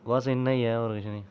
बस इन्ना इ ऐ होर किश निं